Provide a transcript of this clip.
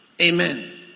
Amen